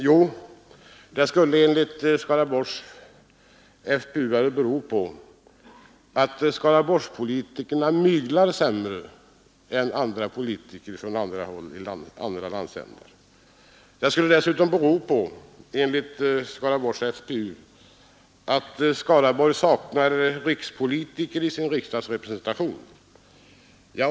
Jo, det skulle bero på att Skaraborgspolitikerna ”myglar” sämre än politiker från andra landsändar. Det skulle dessutom bero på — enligt Skaraborgs FPU-are — att Skaraborg saknar rikspolitiker i sin riksdagsrepresentation.